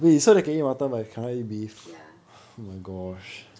ya